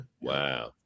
Wow